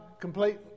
complete